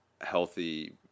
healthy